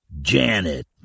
Janet